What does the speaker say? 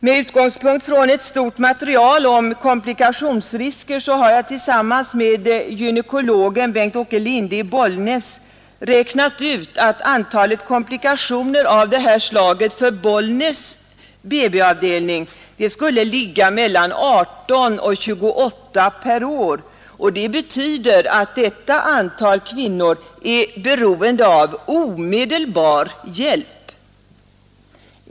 Med utgångspunkt i ett stort material om komplikationsrisker har jag tillsammans med gynekologen Bengt-Åke Lindhe i Bollnäs räknat ut att antalet komplikationer av det här slaget för Bollnäs BB-avdelning skulle vara mellan 18 och 28 per år, och det betyder att detta antal kvinnor är beroende av omedelbar hjälp.